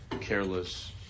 careless